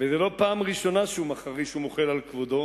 וזאת לא הפעם הראשונה שהוא מחריש ומוחל על כבודו,